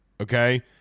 okay